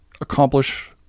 accomplish